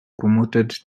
promoted